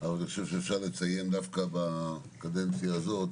אבל אני חושב שאפשר לציין דווקא בקדנציה הזאת